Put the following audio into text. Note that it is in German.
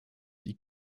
die